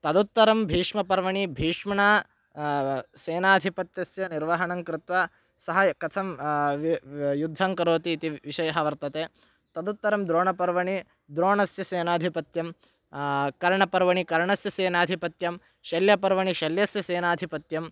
तदुत्तरं भीष्मपर्वणि भीष्मणा सेनाधिपत्यस्य निर्वहणं कृत्वा सः कथं युद्धं करोति इति विषयः वर्तते तदुत्तरं द्रोणपर्वणि द्रोणस्य सेनाधिपत्यं कर्णपर्वणि कर्णस्य सेनाधिपत्यं शल्यपर्वणि शल्यस्य सेनाधिपत्यम्